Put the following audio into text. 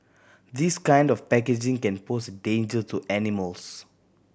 this kind of packaging can pose a danger to animals